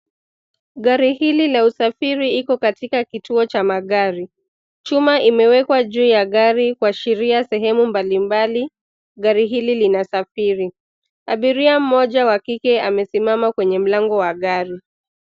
Gari hili la usafiri iko katika kituo cha magari, chuma imewekwa juu ya gari kuashiria sehemu mbali mbali, gari hili linasafiri, abiria mmoja wa kike amesimama kwenye mlango wa gari.